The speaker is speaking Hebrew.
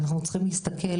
אנחנו צריכים להסתכל